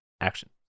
Action